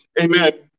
amen